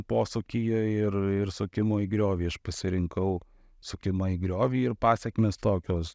posūkyje ir ir sukimo į griovį aš pasirinkau sukimą į griovį ir pasekmės tokios